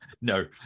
no